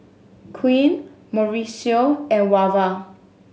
Quint Mauricio and Wava